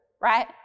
right